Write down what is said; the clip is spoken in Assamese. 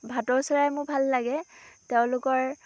ভাটৌ চৰাই মোৰ ভাল লাগে তেওঁলোকৰ